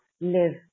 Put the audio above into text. live